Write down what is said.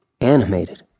animated